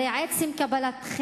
הרי עצם קבלתכם,